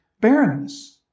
Barrenness